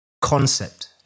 concept